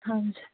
ਹਾਂਜੀ